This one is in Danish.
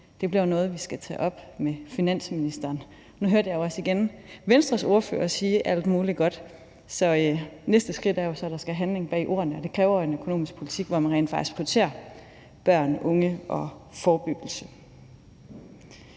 det bliver noget, vi skal tage op med finansministeren. Nu hørte jeg også igen Venstres ordfører sige alt muligt godt, så næste skridt er så, at der skal handling bag ordene, og det kræver en økonomisk politik, hvor man rent faktisk prioriterer børn og unge og forebyggelse.